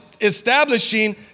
establishing